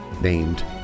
named